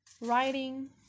writing